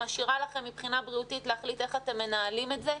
משאירה לכם מבחינה בריאותית להחליט איך אתם מנהלים את זה.